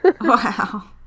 Wow